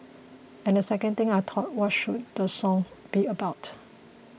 and the second thing I thought what should the song be about